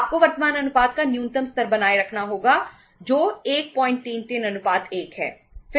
आपको वर्तमान अनुपात का न्यूनतम स्तर बनाए रखना होगा जो 133 1 है